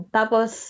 Tapos